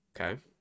Okay